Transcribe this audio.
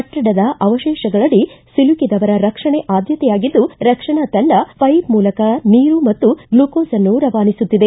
ಕಟ್ಟಡದ ಅವಶೇಷಗಳಡಿ ಸಿಲುಕಿದವರ ರಕ್ಷಣೆ ಆದ್ಯತೆಯಾಗಿದ್ದು ರಕ್ಷಣಾ ತಂಡ ಪೈಪ್ ಮೂಲಕ ನೀರು ಮತ್ತು ಗ್ಲಕೋಸನ್ನು ರವಾನಿಸುತ್ತಿದೆ